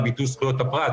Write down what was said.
לביטוי "זכויות הפרט",